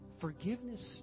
Forgiveness